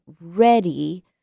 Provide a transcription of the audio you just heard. ready